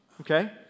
Okay